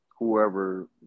whoever